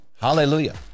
Hallelujah